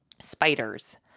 spiders